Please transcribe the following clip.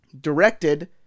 directed